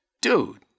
Dude